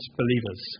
believers